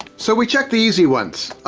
so, we checked the easy ones,